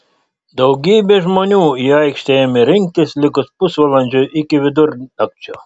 daugybė žmonių į aikštę ėmė rinktis likus pusvalandžiui iki vidurnakčio